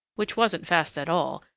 which wasn't fast at all,